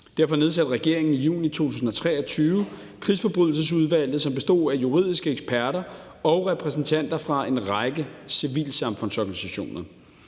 Derfor nedsatte regeringen i juni 2023 Krigsforbrydelsesudvalget, som bestod af juridiske eksperter og repræsentanter fra en række civilsamfundsorganisationer.